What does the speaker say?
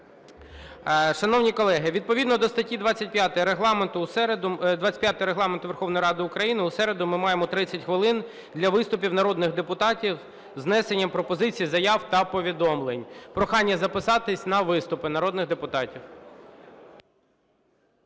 Шановні колеги, відповідно до статті 25 Регламенту Верховної Ради України у середу ми маємо 30 хвилин для виступів народних депутатів з внесенням пропозицій, заяв та повідомлень. Прохання записатись на виступи народних депутатів.